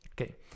Okay